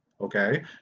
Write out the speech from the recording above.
okay